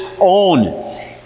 own